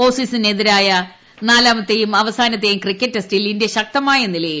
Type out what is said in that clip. ഓസീസിനെതിരായ നാലാമത്തേയും അവസാനത്തേയും ക്രിക്കറ്റ് ടെസ്റ്റിൽ ഇന്ത്യ ശക്തമായ നിലയിൽ